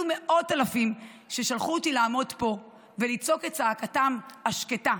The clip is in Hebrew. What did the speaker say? מאות אלפים ששלחו אותי לעמוד פה ולצעוק את צעקתם השקטה,